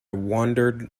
wandered